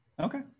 okay